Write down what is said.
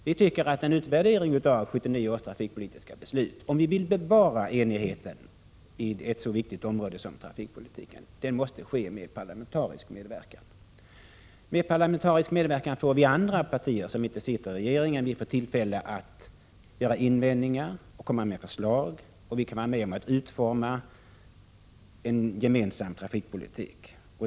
Vi tycker att en utvärdering av 1979 års trafikpolitiska beslut måste ske med parlamentarisk medverkan, om vi vill bevara enigheten på ett så viktigt område som trafikpolitikens. Med parlamentarisk medverkan får vi andra partier, som inte sitter i regeringen, tillfälle att göra invändningar och komma med förslag. Vi kan vara med om att utforma en gemensam trafikpolitik.